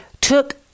took